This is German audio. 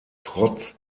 trotz